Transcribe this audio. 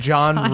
John